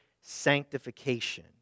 sanctification